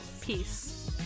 peace